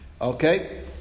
Okay